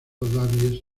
davies